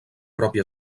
propi